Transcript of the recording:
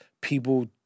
people